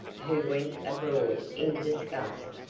who went abroad in disgust.